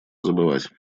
забывать